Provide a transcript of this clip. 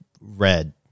red